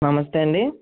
నమస్తే అండి